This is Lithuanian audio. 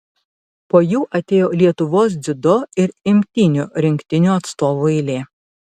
po jų atėjo lietuvos dziudo ir imtynių rinktinių atstovų eilė